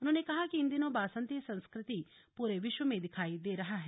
उन्होंने कहा कि इन दिनों वासंती संस्कृति पूरे विश्व में दिखाई दे रहा है